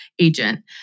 agent